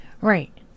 Right